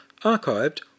archived